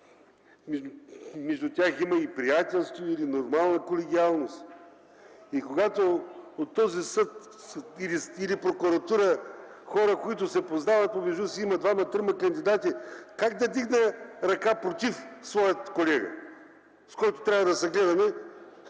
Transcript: между тях има приятелство и нормална колегиалност. И когато от този съд или прокуратура хора, които се познават помежду си, има двама-трима кандидати, как да вдигна ръка против своя колега, с който трябва да се гледаме